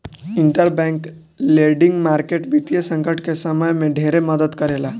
interbank lending market वित्तीय संकट के समय में ढेरे मदद करेला